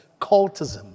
cultism